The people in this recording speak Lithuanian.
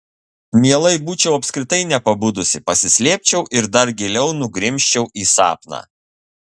mielai būčiau apskritai nepabudusi pasislėpčiau ir dar giliau nugrimzčiau į sapną